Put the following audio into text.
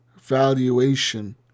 valuation